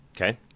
Okay